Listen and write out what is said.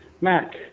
Mac